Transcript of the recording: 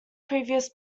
previous